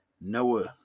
Noah